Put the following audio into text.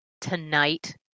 Tonight